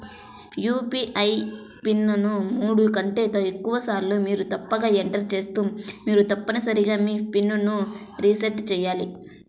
UPI PIN ను మూడు కంటే ఎక్కువసార్లు మీరు తప్పుగా ఎంటర్ చేస్తే మీరు తప్పనిసరిగా మీ పిన్ ను రీసెట్ చేయాలి